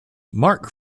marc